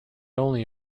only